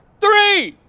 three,